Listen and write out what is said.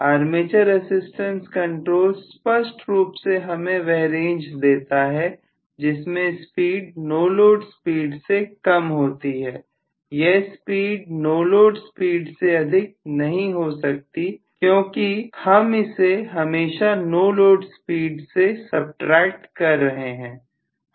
armature resistance control स्पष्ट रूप से हमें वह रेंज देता है जिसमें स्पीड नो लोड स्पीड से कम होती है यह स्पीड नो लोड स्पीड से अधिक नहीं हो सकती क्योंकि हम इसे हमेशा नो लोड स्पीड से सबट्रैक्ट कर रहे हैं